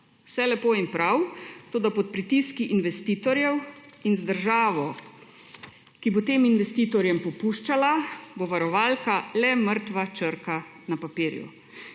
Vse lepo in prav, toda pod pritiski investitorjev in z državo, ki bo tem investitorjem popuščala, bo varovalka le mrtva črka na papirju.